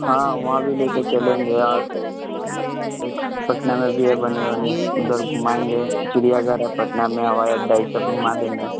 हाँ वहाँ भी लेकर चलेंगें और एक पटना में भी है बढ़िया वनिया उधर घुमाएँगे चिड़ियाघर है पटना में हवाई अड्डा इ सब घूमा देंगे